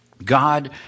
God